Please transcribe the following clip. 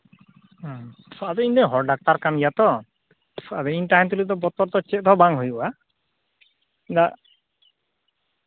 ᱟᱫᱚ ᱤᱧᱫᱚ ᱦᱚᱲ ᱰᱟᱠᱛᱟᱨ ᱠᱟᱱ ᱜᱮᱭᱟᱛᱚ ᱟᱨ ᱤᱧ ᱛᱟᱦᱮᱱ ᱛᱩᱞᱩᱡ ᱫᱚ ᱵᱚᱛᱚᱨ ᱫᱚ ᱪᱮᱫ ᱦᱚᱸ ᱵᱟᱝ ᱦᱩᱭᱩᱜᱼᱟ ᱤᱧᱟᱹᱜ